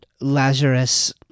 Lazarus